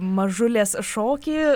mažulės šokį